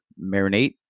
marinate